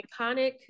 iconic